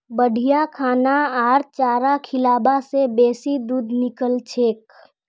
बढ़िया खाना आर चारा खिलाबा से बेसी दूध निकलछेक